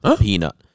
peanut